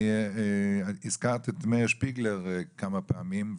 הזכרת את מאיר שפיגלר כמה פעמים,